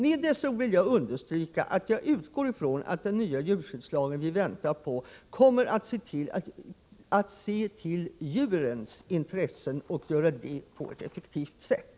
Med dessa ord vill jag understryka att jag utgår från att den nya djurskyddslagen som vi väntar på kommer att se till djurens intressen och göra det på ett effektivt sätt.